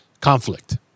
conflict